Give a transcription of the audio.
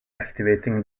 activating